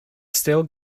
still